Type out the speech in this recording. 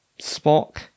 Spock